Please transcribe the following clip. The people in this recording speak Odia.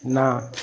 ନା